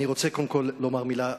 אני רוצה קודם כול לומר מילת תודה,